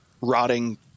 rotting